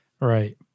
right